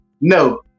no